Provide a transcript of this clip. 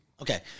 Okay